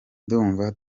ndumva